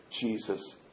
Jesus